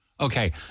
Okay